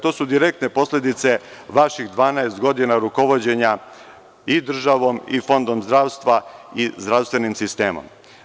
To su direktne posledice vaših 12 godina rukovođenja i državom i Fondom zdravstva i zdravstvenim sistemom.